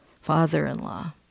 father-in-law